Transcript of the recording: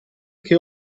che